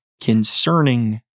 concerning